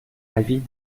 avis